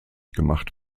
gemacht